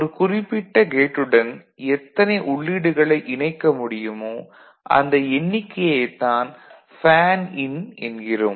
ஒரு குறிப்பிட்ட கேட் டுன் எத்தனை உள்ளீடுகளை இணைக்க முடியுமோ அந்த எண்ணிக்கையைத் தான் ஃபேன் இன் என்கிறோம்